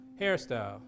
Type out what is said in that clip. hairstyle